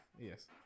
Yes